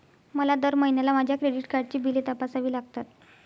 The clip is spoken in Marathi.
मला दर महिन्याला माझ्या क्रेडिट कार्डची बिले तपासावी लागतात